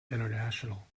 international